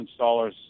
installers